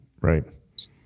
Right